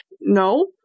No